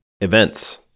Events